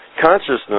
Consciousness